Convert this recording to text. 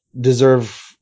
deserve